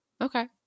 Okay